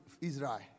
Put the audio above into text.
Israel